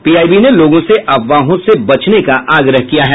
PIB ने लोगों से अफवाहों से बचने का आग्रह किया है